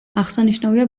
აღსანიშნავია